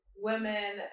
women